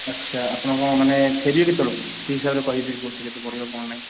ଆଚ୍ଛା ଆପଣ କ'ଣ ମାନେ ଫେରିବେ କେତେବେଳକୁ ସେଇ ହିସାବରେ କହିଦେବି ପଇସା କେତେ ପଡ଼ିବ କ'ଣ ନାହିଁ